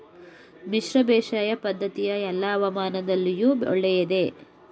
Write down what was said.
ಮಿಶ್ರ ಬೇಸಾಯ ಪದ್ದತಿಯು ಎಲ್ಲಾ ಹವಾಮಾನದಲ್ಲಿಯೂ ಒಳ್ಳೆಯದೇ?